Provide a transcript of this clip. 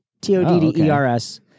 T-O-D-D-E-R-S